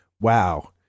wow